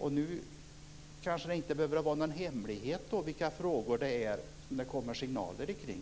Nu behöver det inte vara någon hemlighet vilka frågor som det kommer signaler kring.